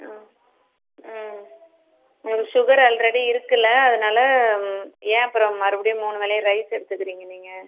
ம் ம் உங்ளுக்கு ஸுகர் ஆல்ரெடி இருக்குல்ல அதனால் ஏன் அப்புறம் மறுபடியும் மூணு வேலையும் ரைஸ் எடுத்துக்குறிங்க நீங்கள்